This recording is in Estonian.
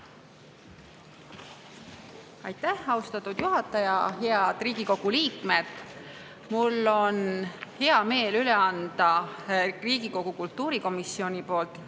Aitäh, austatud juhataja! Head Riigikogu liikmed! Mul on hea meel anda Riigikogu kultuurikomisjoni poolt